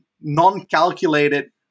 non-calculated